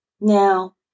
Now